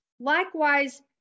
likewise